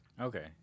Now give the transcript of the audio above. Okay